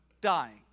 dying